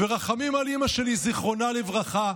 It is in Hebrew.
רחמים על אימא שלי, זיכרונה לברכה,